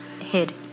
hid